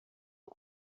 que